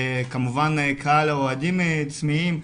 כמובן קהל האוהדים צמאים.